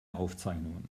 aufzeichnungen